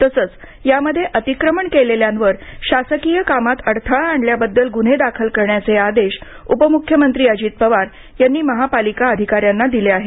तसेच यामध्ये अतिक्रमण केलेल्यांवर शासकीस कामात अडथळा आणल्याबद्दल गृन्हें दाखल करण्याचे आदेश उपमुख्यमंत्री अजित पवार यांनी महापालिका अधिकाऱ्यांना दिले आहेत